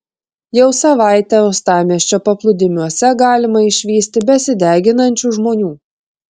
jau savaitę uostamiesčio paplūdimiuose galima išvysti besideginančių žmonių